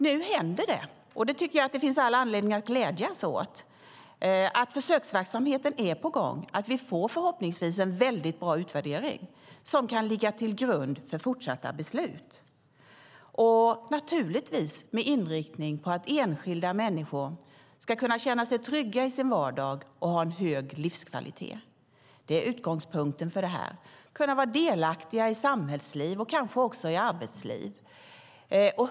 Nu händer det, och det finns det all anledning att glädja sig åt. Försöksverksamheten är på gång. Förhoppningsvis får vi en bra utvärdering som kan ligga till grund för fortsatta beslut. Naturligtvis ska inriktningen och utgångspunkten vara att enskilda människor ska kunna känna sig trygga i sin vardag och ha en hög livskvalitet. Människor ska kunna vara delaktiga i samhällsliv och kanske också i arbetsliv.